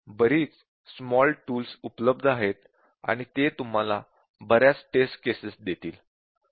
बरीच small tools उपलब्ध आहेत आणि ते तुम्हाला बऱ्याच टेस्ट केसेस देतील